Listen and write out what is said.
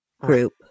group